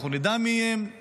אנחנו נדע מי הם,